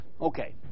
Okay